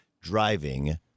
Driving